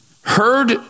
heard